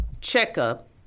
checkup